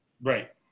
Right